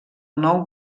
nou